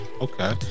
Okay